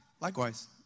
Likewise